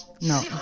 no